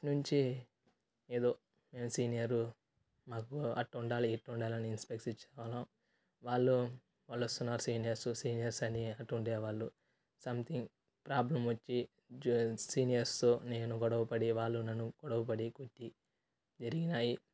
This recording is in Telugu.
అప్పటి నుంచి ఏదో నేను సీనియరు నాకు అట్టుండాలి ఇట్టుండాలని ఇన్స్పెక్ట్స్ ఇచ్చేవాళ్ళం వాళ్ళు వాళ్ళు వస్తున్నారు సీనియర్సు సీనియర్స్ అని అట్టుండేవాళ్ళు సమ్థింగ్ ప్రాబ్లమ్ వచ్చి జు సీనియర్స్తో నేను గొడవపడి వాళ్ళు నన్ను గొడవపడి కొట్టి జరిగినాయి